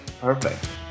Perfect